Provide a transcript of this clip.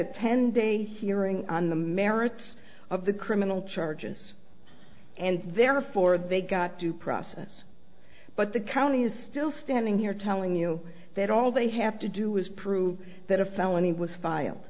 a ten day hearing on the merits of the criminal charges and therefore they got due process but the county is still standing here telling you that all they have to do is prove that a felony was filed